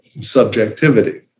subjectivity